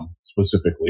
specifically